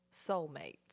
soulmates